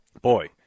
boy